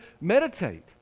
meditate